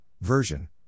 version